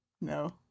no